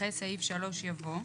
אחרי סעיף 3 יבוא: